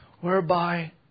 whereby